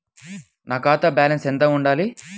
నా ఖాతా బ్యాలెన్స్ ఎంత ఉండాలి?